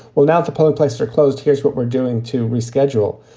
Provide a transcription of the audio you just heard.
well, now, if the polling place are closed, here's what we're doing to reschedule.